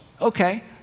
Okay